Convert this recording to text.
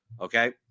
okay